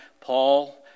Paul